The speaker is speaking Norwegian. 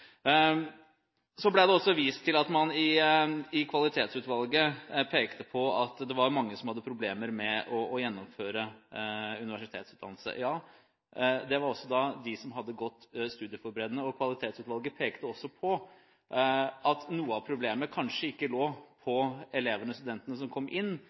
Så ble det også vist til at man i Kvalitetsutvalget pekte på at det var mange som hadde problemer med å gjennomføre en universitetsutdannelse. Det gjaldt også dem som hadde gått studieforberedende. Kvalitetsutvalget pekte også på at noe av problemet kanskje ikke lå på elevene og studentene som kom inn,